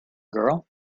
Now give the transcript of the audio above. girl